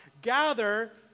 Gather